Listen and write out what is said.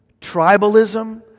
tribalism